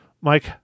Mike